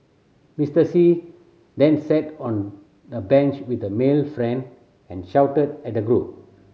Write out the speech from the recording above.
Mister See then sat on a bench with a male friend and shouted at the group